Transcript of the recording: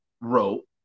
wrote